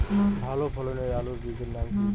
ভালো ফলনের আলুর বীজের নাম কি?